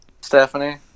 Stephanie